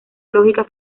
lógica